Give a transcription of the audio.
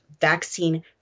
vaccine